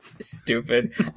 stupid